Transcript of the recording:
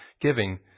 giving